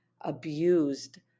abused